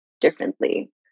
differently